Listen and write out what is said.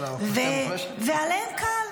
ולהם קל,